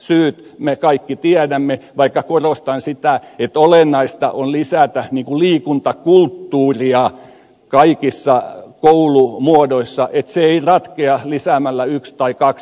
syyt me kaikki tiedämme vaikka korostan sitä että olennaista on lisätä liikuntakulttuuria kaikissa koulumuodoissa se ei ratkea lisäämällä yksi tai kaksi oppituntia